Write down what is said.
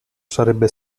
sarebbe